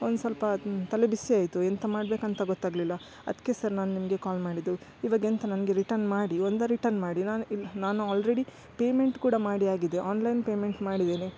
ಒಂದು ಸ್ವಲ್ಪ ತಲೆ ಬಿಸಿಯಾಯಿತು ಎಂಥ ಮಾಡಬೇಕಂತ ಗೊತ್ತಾಗಲಿಲ್ಲ ಅದಕ್ಕೆ ಸರ್ ನಾನು ನಿಮಗೆ ಕಾಲ್ ಮಾಡಿದ್ದು ಇವಾಗೆಂತ ನನಗೆ ರಿಟರ್ನ್ ಮಾಡಿ ಒಂದ ರಿಟನ್ ಮಾಡಿ ನಾನು ಇಲ್ಲ ನಾನು ಆಲ್ರೆಡಿ ಪೇಮೆಂಟ್ ಕೂಡ ಮಾಡಿ ಆಗಿದೆ ಆನ್ಲೈನ್ ಪೇಮೆಂಟ್ ಮಾಡಿದ್ದೇನೆ